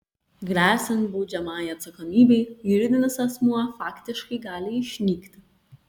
gresiant baudžiamajai atsakomybei juridinis asmuo faktiškai gali išnykti